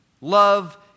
love